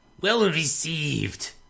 well-received